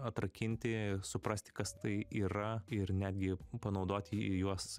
atrakinti suprasti kas tai yra ir netgi panaudoti juos